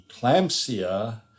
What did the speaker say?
eclampsia